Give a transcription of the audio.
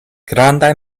grandaj